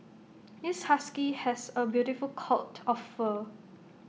this husky has A beautiful coat of fur